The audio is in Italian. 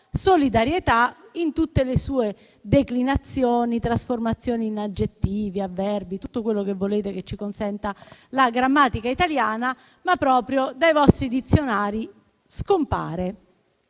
solidarietà, in tutte le sue declinazioni, trasformazioni in aggettivi, avverbi e tutto quello che volete e che ci consente la grammatica italiana, è scomparsa dai vostri dizionari. Eppure,